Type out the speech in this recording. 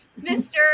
Mr